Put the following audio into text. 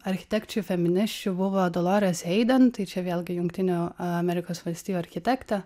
architekčių feminisčių buvo dolores heiden tai čia vėlgi jungtinių amerikos valstijų architektė